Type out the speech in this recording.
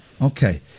Okay